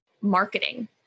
marketing